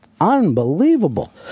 Unbelievable